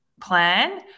plan